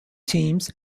teams